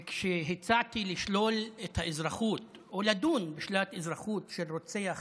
כשהצעתי לשלול את האזרחות או לדון בשאלת אזרחות של רוצח